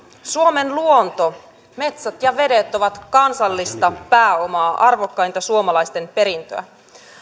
suomen luonto metsät ja vedet ovat kansallista pääomaa arvokkainta suomalaisten perintöä